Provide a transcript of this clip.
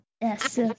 Yes